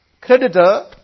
creditor